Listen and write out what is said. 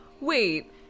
Wait